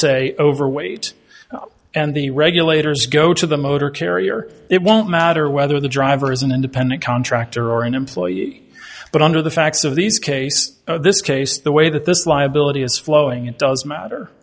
say overweight and the regulators go to the motor carrier it won't matter whether the driver is an independent contractor or an employee but under the facts of these case this case the way that this liability is flowing it does matter